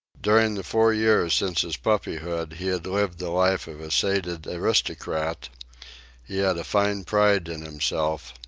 during the four years since his puppyhood he had lived the life of a sated aristocrat he had a fine pride in himself,